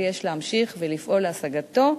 שיש להמשיך ולפעול להשגתו.